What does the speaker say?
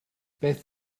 beth